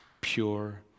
pure